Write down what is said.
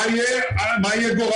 מה יהיה גורלם.